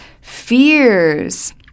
fears